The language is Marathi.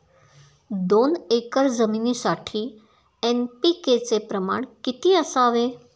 दोन एकर जमिनीसाठी एन.पी.के चे प्रमाण किती असावे?